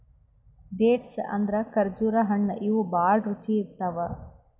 dates ಅಂದ್ರ ಖರ್ಜುರ್ ಹಣ್ಣ್ ಇವ್ ಭಾಳ್ ರುಚಿ ಇರ್ತವ್